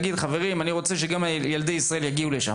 להגיד שאני רוצה שילדי ישראל יגיעו לשם.